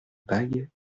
bague